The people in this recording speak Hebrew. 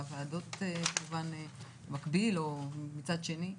והוועדות כמובן מקביל או מצד שני.